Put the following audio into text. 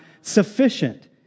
sufficient